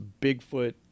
Bigfoot